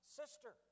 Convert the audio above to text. sister